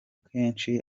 kenshi